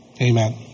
Amen